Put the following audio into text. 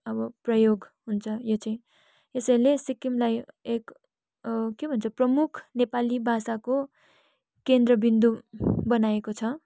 अब प्रयोग हुन्छ यो चाहिँ यसैले सिक्किमलाई एक के भन्छ प्रमुख नेपाली भाषाको केन्द्रबिन्दु बनाएको छ